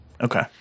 Okay